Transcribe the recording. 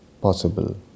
possible